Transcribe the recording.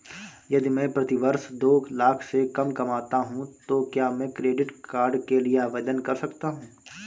यदि मैं प्रति वर्ष दो लाख से कम कमाता हूँ तो क्या मैं क्रेडिट कार्ड के लिए आवेदन कर सकता हूँ?